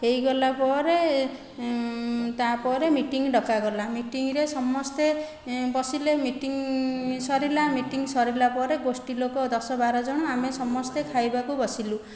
ହୋଇଗଲା ପରେ ତା'ପରେ ମିଟିଙ୍ଗ ଡକାଗଲା ମିଟିଙ୍ଗିରେ ସମସ୍ତେ ବସିଲେ ମିଟିଙ୍ଗ ସରିଲା ମିଟିଙ୍ଗ ସରିଲା ପରେ ଗୋଷ୍ଠି ଲୋକ ଦଶ ବାର ଜଣ ଆମେ ସମସ୍ତେ ଖାଇବାକୁ ବସିଲୁ